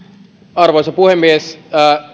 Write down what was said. arvoisa puhemies